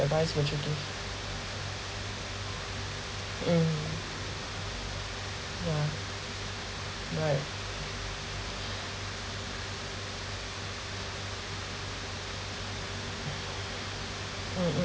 advice would you give mm yeah right mm mm